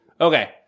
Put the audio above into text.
Okay